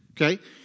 Okay